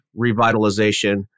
revitalization